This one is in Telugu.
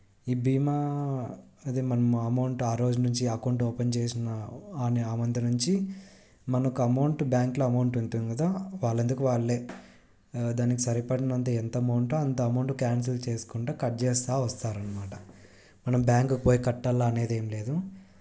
ఈ భీమా అదే మనము అమౌంట్ ఆ రోజు నుంచి అకౌంట్ ఓపెన్ చేసినా ఆ నె ఆ మంత్ నుంచి మనకి అమౌంట్ బ్యాంకులో అమౌంట్ ఉంటుంది కదా వాళ్ళంతకి వాళ్ళే దానికి సరిపడినంత ఎంత అమౌంటో అంత అమౌంట్ క్యాన్సిల్ చేసుకుంటూ కట్ చేస్తూ వస్తారు అన్నమాట మనం బ్యాంకుకు పోయి కట్టాలి అనేదేమి లేదు